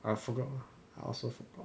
I forgot I also forgot